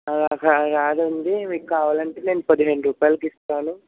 రా రాదండి మీకు కావాలంటే నేను పదిహేను రూపాయిలకి ఇస్తాను